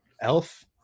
Elf